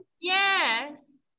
Yes